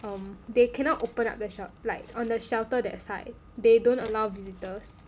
um they cannot open up the shop like on the shelter that side they don't allow visitors